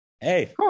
hey